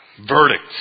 verdict